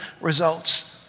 results